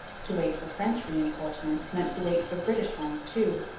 to wait for french reinforcements meant to wait for british ones too,